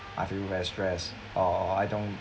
I feel very stress or I don't